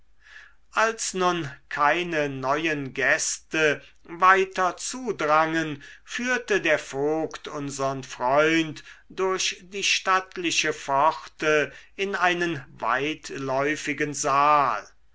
als nun keine neuen gäste weiter zudrangen führte der vogt unsern freund durch die stattliche pforte in einen weitläufigen saal